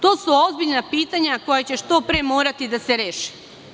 To su ozbiljna pitanja koja će što pre morati da se reše.